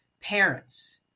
parents